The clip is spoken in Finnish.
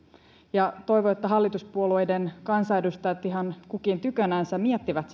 toivon että hallituspuolueiden kansanedustajat ihan kukin tykönänsä miettivät